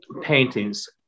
paintings